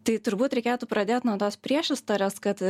tai turbūt reikėtų pradėt nuo tos priešistorės kad